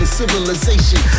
civilization